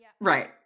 Right